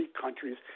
countries